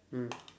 mm